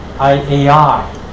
AI